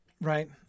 right